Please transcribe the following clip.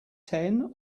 ten